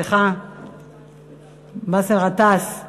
עומדות לרשותך